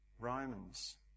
Romans